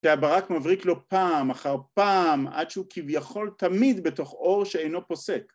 והברק מבריק לו פעם אחר פעם עד שהוא כביכול תמיד בתוך אור שאינו פוסק